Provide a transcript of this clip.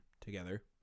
together